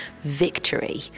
victory